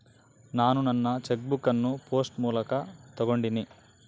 ನಾನು ನನ್ನ cheque book ಅನ್ನು ಪೋಸ್ಟ್ ಮೂಲಕ ತೊಗೊಂಡಿನಿ